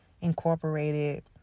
incorporated